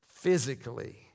Physically